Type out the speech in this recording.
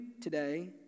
today